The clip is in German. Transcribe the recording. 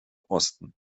osten